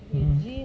mm